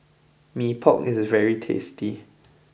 Mee Pok is very tasty